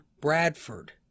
Bradford